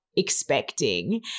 Expecting